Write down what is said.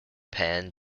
penn